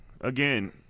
Again